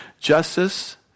Justice